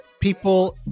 people